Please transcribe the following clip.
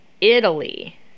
italy